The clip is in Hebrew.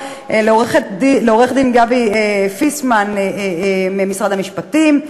לעורך-הדין גבי פיסמן ממשרד המשפטים,